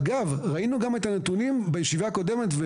אגב, ראינו גם את הנתונים בישיבה הקודמת.